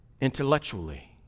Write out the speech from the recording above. intellectually